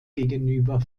gegenüber